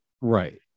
right